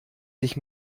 sich